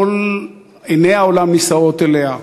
עיני כל העולם נישאות אליה,